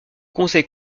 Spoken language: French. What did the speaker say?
conseil